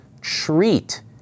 treat